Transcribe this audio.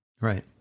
Right